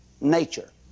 nature